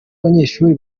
abanyeshuli